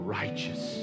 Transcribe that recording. righteous